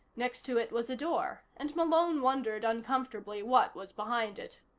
next to it was a door, and malone wondered uncomfortably what was behind it.